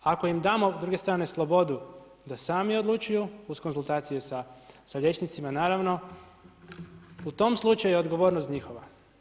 Ako im damo s druge strane slobodu da sami odlučuju uz konzultacije sa liječnicima naravno u tom slučaju je odgovornost njihova.